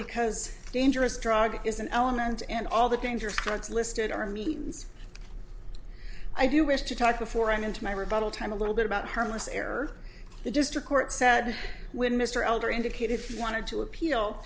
because dangerous drug is an element and all the dangerous drugs listed are means i do wish to talk before i'm into my rebuttal time a little bit about her most error the district court said when mr elder indicate if you wanted to appeal